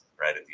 right